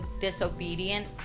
disobedient